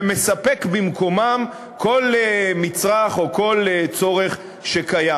ומספק במקומם כל מצרך או כל צורך שקיים.